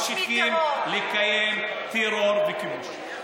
שממשיכים לקיים טרור וכיבוש.